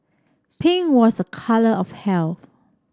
pink was a colour of health